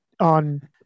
on